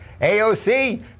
AOC